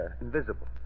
invisible